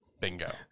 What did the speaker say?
Bingo